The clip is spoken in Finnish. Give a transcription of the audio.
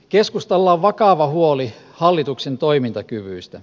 keskustalla on vakava huoli hallituksen toimintakyvystä